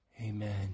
Amen